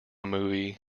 movie